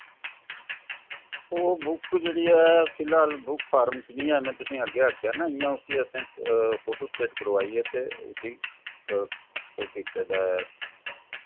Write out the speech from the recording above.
ओह् बुक जेह्ड़ी ऐ फिलहाल बुक फार्म च निं ऐ में तुसें अग्गैं आखेया ना इ'यां उस्सी असैं फोटोस्टेट करवाइयै ते उस्सी ओह् कीत्ते दा ऐ